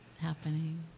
happening